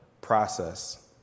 process